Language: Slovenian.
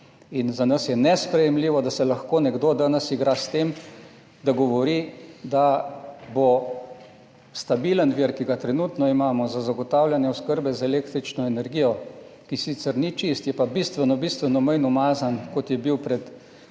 Za nas je nesprejemljivo, da se lahko nekdo danes igra s tem, da govori, da bo stabilen vir, ki ga trenutno imamo za zagotavljanje oskrbe z električno energijo, ki sicer ni čist, je pa bistveno bistveno manj umazan, kot je bil pred